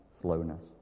slowness